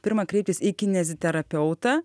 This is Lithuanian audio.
pirma kreiptis į kineziterapeutą